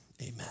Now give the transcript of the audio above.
amen